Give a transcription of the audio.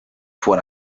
foar